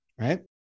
Right